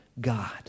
God